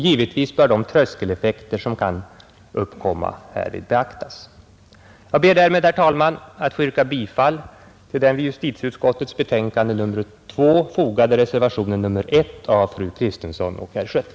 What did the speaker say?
Givetvis bör de tröskeleffekter som kan uppkomma beaktas. Jag ber härmed, herr talman, att få yrka bifall till den vid justitieutskottets betänkande nr 2 fogade reservationen 1 av fru Kristensson och herr Schött.